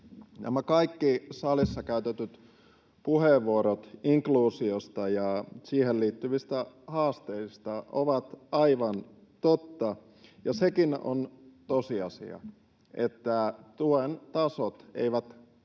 Nämä kaikki salissa käytetyt puheenvuorot inkluusiosta ja siihen liittyvistä haasteista ovat aivan totta, ja sekin on tosiasia, että tuen tasot eivät todellakaan